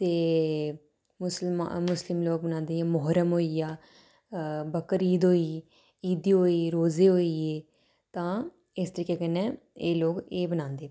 ते मुस्लिम मुस्लिम लोक मनांदे जि'यां मोहरर्म होई गेआ बकरीद होई ईदी होई रोजे होई गे तां इस तरीकै कन्नै एह् लोक एह् बनांदे